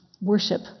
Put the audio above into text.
worship